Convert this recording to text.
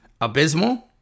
abysmal